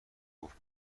گفت